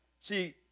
See